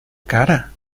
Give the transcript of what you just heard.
cara